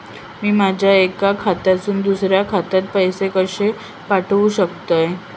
मी माझ्या एक्या खात्यासून दुसऱ्या खात्यात पैसे कशे पाठउक शकतय?